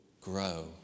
grow